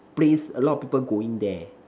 place a lot of people going there